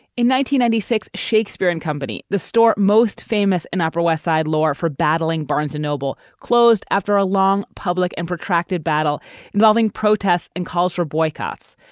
in one ninety six, shakespearean company, the store most famous and upper west side law for battling barnes and noble, closed after a long public and protracted battle involving protests and calls for boycotts.